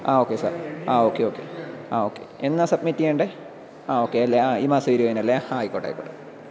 ആ okay sir ആ okay okay ആ ഓക്കെ എന്നാണ് സബ്മിറ്റ് ചെയ്യേണ്ടത് ആ ഓക്കെ അല്ലേ ആ ഈ മാസം ഇരുപതിന് അല്ലേ ആ ആയിക്കോട്ടെ ആയിക്കോട്ടെ